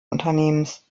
unternehmens